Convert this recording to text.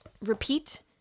repeat